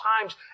times